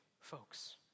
folks